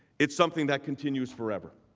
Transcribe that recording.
it's something that continues forever.